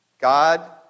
God